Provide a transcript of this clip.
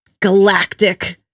galactic